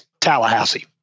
Tallahassee